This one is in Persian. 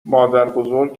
مادربزرگ